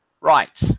Right